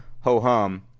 ho-hum